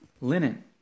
linen